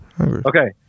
Okay